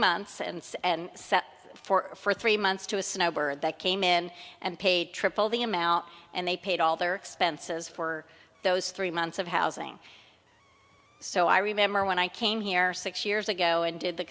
months and it's and set for three months to a snowbird that came in and paid triple the amount and they paid all their expenses for those three months of housing so i remember when i came here six years ago and did the